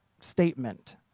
statement